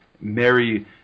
Mary